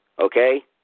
Okay